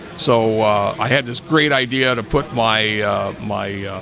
so i had this great idea to put my my